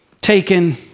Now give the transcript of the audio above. taken